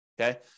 okay